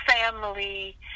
family